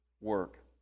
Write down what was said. work